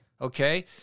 Okay